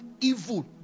evil